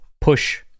push